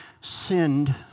sinned